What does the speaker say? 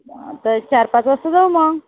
तर चार पाच वाजता जाऊ मग